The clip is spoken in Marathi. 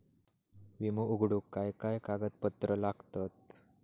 विमो उघडूक काय काय कागदपत्र लागतत?